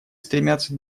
стремятся